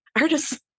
artists